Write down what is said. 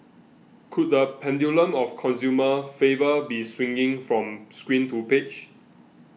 could the pendulum of consumer favour be swinging from screen to page